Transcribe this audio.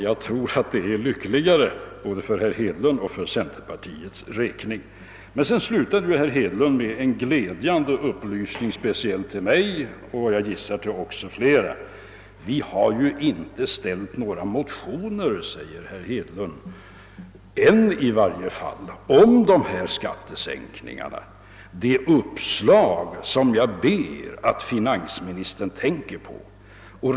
Jag tror att det är lyckligast både för herr Hedlund och centerpartiet. Herr Hedlund slutade sitt anförande med en upplysning, som speciellt för mig men, gissar jag, också för flera andra framstår som glädjande. Vi har inte väckt några motioner, inte ännu i varje fall, om dessa skattesänkningar, utan detta är uppslag som jag ber att finansministern tänker på, sade herr Hedlund.